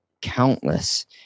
countless